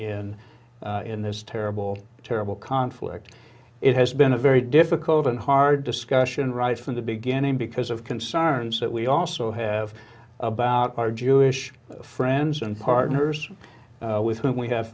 in in this terrible terrible conflict it has been a very difficult and hard discussion right from the beginning because of concerns that we also have about our jewish friends and partners with whom we have